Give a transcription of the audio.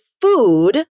food